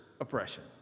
oppression